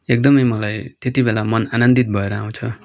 एकदमै मलाई त्यतिबेला मन आनन्दित भएर आउँछ